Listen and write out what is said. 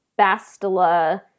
Bastila